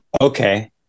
Okay